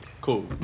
Cool